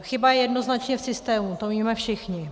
Chyba je jednoznačně v systému, to víme všichni.